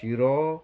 शिरो